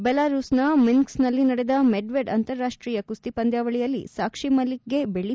ಬೆಲಾರೂಸ್ನ ಮಿನ್ನ್ನಲ್ಲಿ ನಡೆದ ಮೆಡ್ವೆಡ್ ಅಂತಾರಾಷ್ಷೀಯ ಕುಸ್ತಿ ಪಂದ್ಲಾವಳಿಯಲ್ಲಿ ಸಾಕ್ಷಿ ಮಲ್ಲಿಕ್ಗೆ ಬೆಳ್ಳಿ